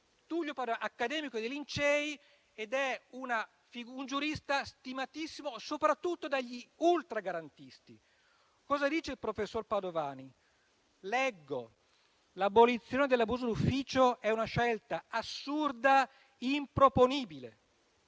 Tullio Padovani, accademico dei Lincei e giurista stimatissimo soprattutto dagli ultragarantisti. Ebbene, il professor Padovani afferma che l'abolizione dell'abuso d'ufficio è una scelta assurda, improponibile